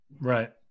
Right